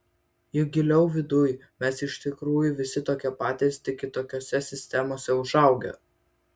juk giliau viduj mes iš tikrųjų visi tokie patys tik kitokiose sistemose užaugę